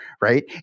right